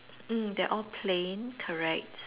mm they're all plain correct